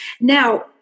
Now